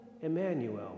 Emmanuel